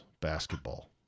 Basketball